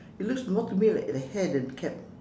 it looks more to me like the hair than cap